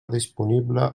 disponible